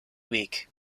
week